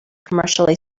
commercially